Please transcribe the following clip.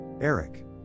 Eric